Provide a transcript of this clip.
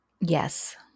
Yes